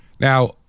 Now